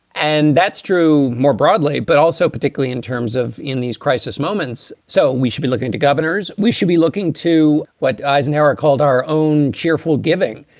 and that's true more broadly, but also particularly. terms of in these crisis moments. so we should be looking to governors. we should be looking to what eisenhower called our own cheerful giving.